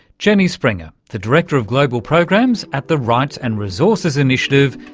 jenny springer, the director of global programs at the rights and resources initiative,